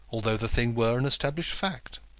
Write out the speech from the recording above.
although the thing were an established fact.